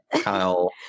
Kyle